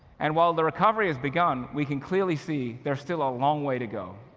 and while the recovery has begun, we can clearly see there's still a long way to go.